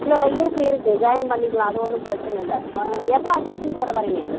இல்லை இல்லை இருக்குது இருக்குது ஜாயின் பண்ணிக்கலாம் அது ஒன்றும் பிரச்சின இல்லை வ எப்போ அட்மிஷன் போட வாரீங்க